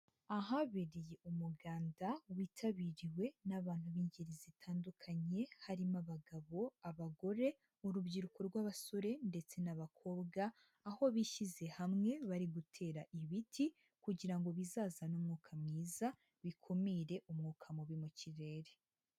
Ahabereye umuganda witabiriwe n'abantu b'ingeri zitandukanye harimo abagabo, abagore, urubyiruko rw'abasore ndetse n'abakobwa, aho bishyize hamwe bari gutera ibiti kugira ngo bizazane umwuka mwiza bikumire umwuka mubi mu kirere.